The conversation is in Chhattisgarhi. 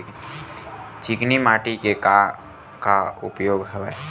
चिकनी माटी के का का उपयोग हवय?